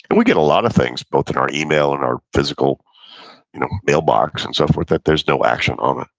and we get a lot of things both in our email and our physical you know mailbox and so forth that there's no action on,